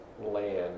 land